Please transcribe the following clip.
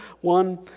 one